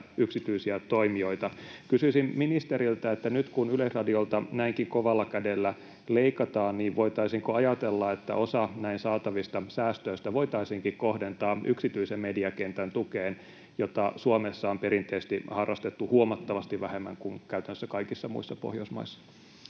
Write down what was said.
yksityisiä toimijoita. Kysyisin ministeriltä: nyt kun Yleisradiolta näinkin kovalla kädellä leikataan, niin voitaisiinko ajatella, että osa näin saatavista säästöistä voitaisiinkin kohdentaa yksityisen mediakentän tukeen, mitä Suomessa on perinteisesti harrastettu huomattavasti vähemmän kuin käytännössä kaikissa muissa Pohjoismaissa?